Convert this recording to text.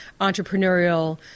entrepreneurial